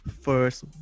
first